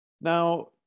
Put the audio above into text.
Now